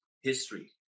History